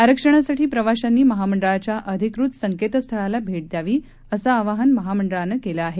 आरक्षणासाठी प्रवाशांनी महामंडळाच्या अधिकृत संकेतस्थळाला भेट द्यावी असं आवाहन महामंडळानं केलं आहे